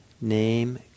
name